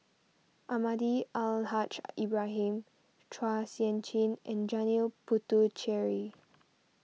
Almahdi Al Haj Ibrahim Chua Sian Chin and Janil Puthucheary